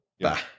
Bye